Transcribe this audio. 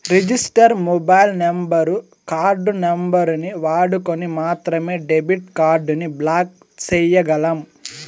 register mobile number, card నంబరుని వాడుకొని మాత్రమే డెబిట్ కార్డుని బ్లాక్ చేయ్యగలం